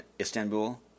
Istanbul